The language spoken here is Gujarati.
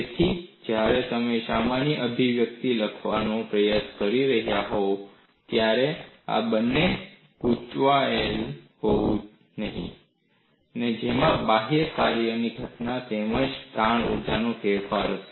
તેથી જ્યારે તમે સામાન્ય અભિવ્યક્તિ લખવાનો પ્રયાસ કરી રહ્યા હોવ ત્યારે તમારે આ બંનેને ગૂંચવવું જોઈએ નહીં જેમાં બાહ્ય કાર્યના ઘટકો તેમજ તાણ ઊર્જામાં ફેરફાર હશે